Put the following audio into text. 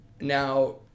Now